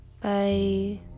Bye